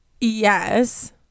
yes